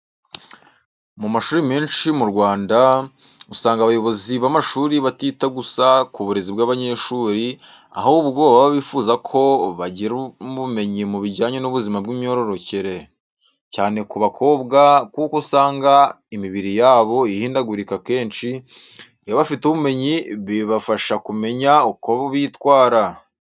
Mu mashuri menshi mu Rwanda, usanga abayobozi b'amashuri batita gusa ku burezi bw'abanyeshuri, ahubwo baba bifuza ko bagira n'ubumenyi mu bijyanye n'ubuzima bw'imyororokere, cyane ku bakobwa kuko usanga imibiri yabo ihindagurika kenshi, iyo bafite ubumenyi bibafasha kumenya uko bitwara.